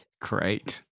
Great